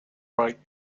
right